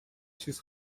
چیز